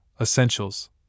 essentials